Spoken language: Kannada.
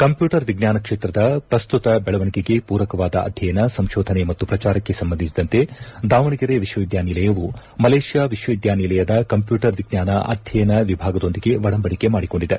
ಕಂಪ್ಯೂಟರ್ ವಿಜ್ಞಾನ ಕ್ಷೇತ್ರದ ಪ್ರಸ್ತುತ ಬೆಳವಣೆಗೆಗೆ ಪೂರಕವಾದ ಅಧ್ಯಯನ ಸಂಶೋಧನೆ ಮತ್ತು ಪ್ರಚಾರಕ್ಕೆ ಸಂಬಂಧಿಸಿದಂತೆ ದಾವಣಗೆರೆ ವಿಶ್ವವಿದ್ಯಾನಿಲಯವು ಮಲೇಷ್ಯಾ ವಿಶ್ವವಿದ್ಯಾನಿಲಯದ ಕಂಪ್ಯೂಟರ್ ವಿಜ್ಞಾನ ಅಧ್ಯಯನ ವಿಭಾಗದೊಂದಿಗೆ ಒಡಂಬಡಿಕೆ ಮಾಡಿಕೊಂಡಿದೆ